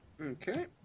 Okay